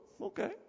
okay